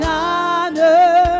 honor